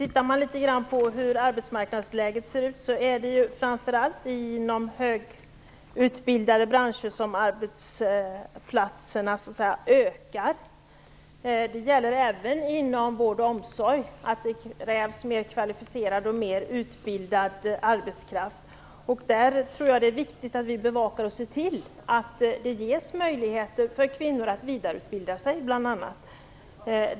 Tittar man på hur arbetsmarknaden ser ut ökar antalet arbeten framför allt inom branscher som söker efter högutbildade. Även inom vård och omsorg krävs det mer kvalificerad och utbildad arbetskraft. Det är då viktigt att vi ser till att det ges möjligheter för kvinnor att vidareutbilda sig.